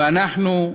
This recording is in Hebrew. ואנחנו,